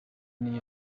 niyo